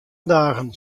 dagen